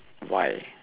why